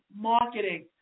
marketing